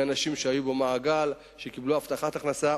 מאנשים שהיו במעגל שקיבל הבטחת הכנסה.